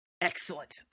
Excellent